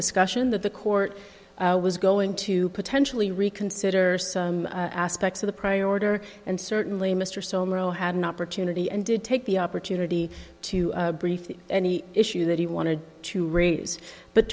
discussion that the court was going to potentially reconsider some aspects of the priority or and certainly mr sole moral had an opportunity and did take the opportunity to brief any issue that he wanted to raise but